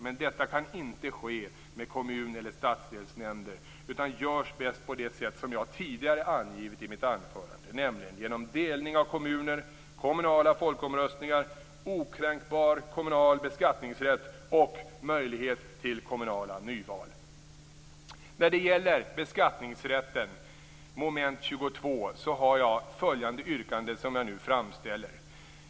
Men detta kan inte ske med kommun eller stadsdelsnämnder utan görs bäst på det sätt som jag tidigare angivit i mitt anförande, nämligen genom delning av kommuner, kommunala folkomröstningar, okränkbar kommunal beskattningsrätt och möjlighet till kommunala nyval. har jag följande yrkande som jag nu framställer.